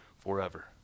forever